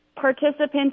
participants